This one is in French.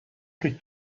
plus